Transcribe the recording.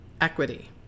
equity